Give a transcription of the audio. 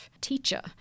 teacher